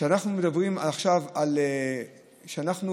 כשאנחנו